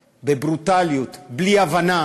בברוטליות, בלי הבנה,